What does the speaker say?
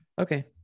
Okay